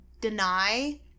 deny